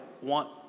want